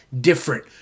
different